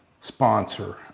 sponsor